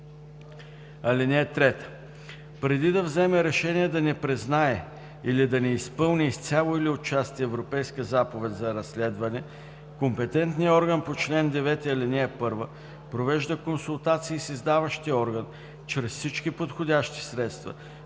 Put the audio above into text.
4. (3) Преди да вземе решение да не признае или да не изпълни изцяло или отчасти Европейска заповед за разследване, компетентният орган по чл. 9, ал. 1 провежда консултации с издаващия орган чрез всички подходящи средства,